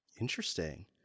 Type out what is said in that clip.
Interesting